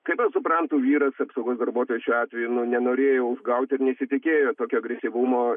kaip aš suprantu vyras apsaugos darbuotojas šiuo atveju nu nenorėjau užgauti ir nesitikėjo tokio agresyvumo